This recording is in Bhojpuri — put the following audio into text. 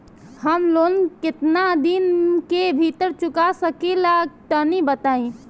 हम लोन केतना दिन के भीतर चुका सकिला तनि बताईं?